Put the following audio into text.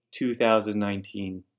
2019